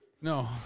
No